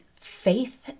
faith